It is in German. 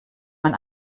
man